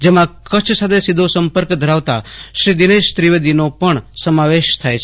જેમાં કચ્છ સાથે સીધો સંપર્ક ધરાવતા દિનેશ ત્રિવેદીનો પણ સમાવેશ થાય છે